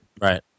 Right